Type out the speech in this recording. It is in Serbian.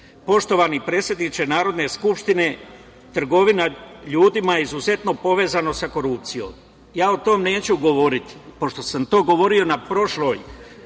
ljudima. Poštovani predsedniče Narodne skupštine, trgovina ljudima je izuzetno povezana sa korupcijom. Ja o tome neću govoriti, pošto sam to govorio na prošloj